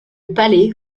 palais